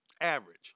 Average